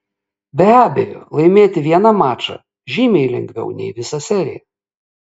be abejo laimėti vieną mačą žymiai lengviau nei visą seriją